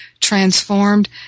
transformed